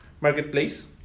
marketplace